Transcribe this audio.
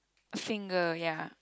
finger ya